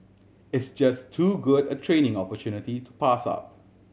it's just too good a training opportunity to pass up